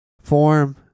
Form